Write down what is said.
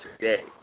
today